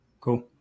Cool